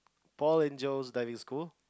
Paul Angels Diving School